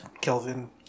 Kelvin